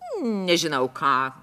nežinau ką